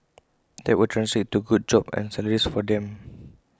that will translate into good jobs and salaries for them